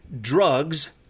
drugs